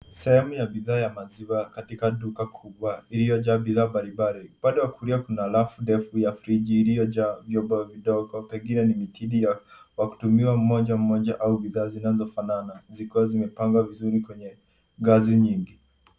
Sehemu ya duka ya maziwa katika duka kubwa iliyojaa bidhaa mbalimbali. Upande wa kulia kuna rafu ndefu za friji iliyojaa vyombo vidogo pengine ni mitindi ya kutumia mmoja mmoja au bidhaa zinazofanana zikiwa zimepangwa vizuri kwenye ngazi nyingi.